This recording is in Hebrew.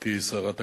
גברתי שרת הקליטה,